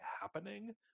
happening